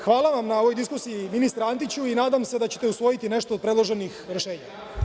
Hvala vam na ovoj diskusiji ministre Antiću i nadam se da ćete usvojiti nešto od predloženih rešenja.